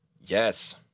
Yes